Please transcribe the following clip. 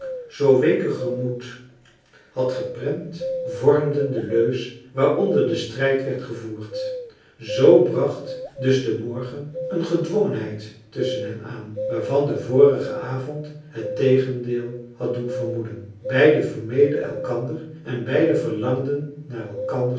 zoo weeke gemoed had geprent vormden de leus waaronder de strijd werd gevoerd zoo bracht dus de morgen een gedwongenheid tusschen hen aan waarvan de vorige avond het tegendeel had doen vermoeden beiden vermeden elkander en beiden verlangden naar elkanders